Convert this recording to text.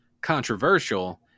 controversial